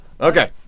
Okay